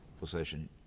possession